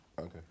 Okay